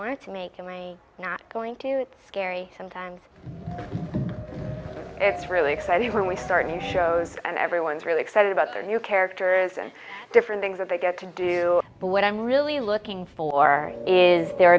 want to make and i not going to it's scary sometimes it's really exciting when we start new shows and everyone's really excited about their new characters and different things that they get to do but what i'm really looking for is their